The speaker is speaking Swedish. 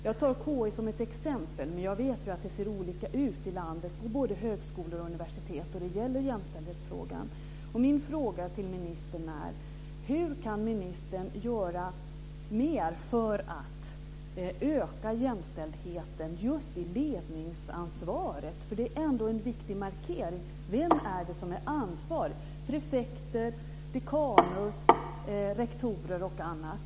Jag tar KI som ett exempel, men jag vet ju att det ser olika ut i landet på både högskolor och universitet när det gäller jämställdhetsfrågan. Det är ändå en viktig markering. Vem är det som är ansvarig - prefekter, dekanus, rektorer, osv.?